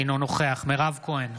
אינו נוכח מירב כהן,